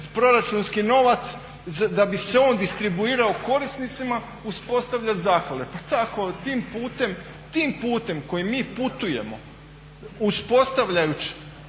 proračunski novac da bi se on distribuirao korisnicima uspostavljati zaklade. Pa tim putem kojim mi putujemo uspostavljajući